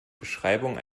beschreibung